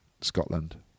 Scotland